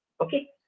Okay